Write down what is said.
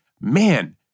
Man